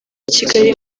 kigali